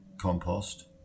compost